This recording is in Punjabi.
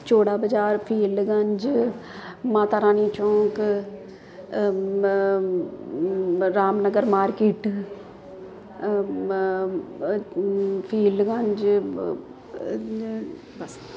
ਚੋੜਾ ਬਾਜ਼ਾਰ ਫੀਲਗੰਜ ਮਾਤਾ ਰਾਣੀ ਚੌਂਕ ਰਾਮ ਨਗਰ ਮਾਰਕੀਟ ਫੀਲਡਗੰਜ ਬਸ